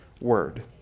word